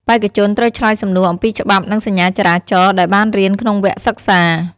បេក្ខជនត្រូវឆ្លើយសំណួរអំពីច្បាប់ និងសញ្ញាចរាចរណ៍ ដែលបានរៀនក្នុងវគ្គសិក្សា។